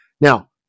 Now